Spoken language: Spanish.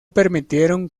permitieron